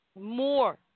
more